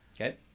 Okay